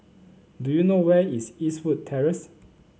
do you know where is Eastwood Terrace